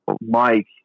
Mike